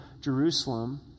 Jerusalem